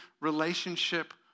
relationship